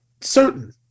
certain